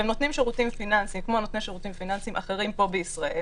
הם נותנים שירותים פיננסיים כמו נותני שירותים פיננסיים אחרים פה בישראל